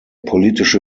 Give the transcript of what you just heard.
politische